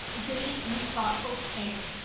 jimmy, you thoughtful king.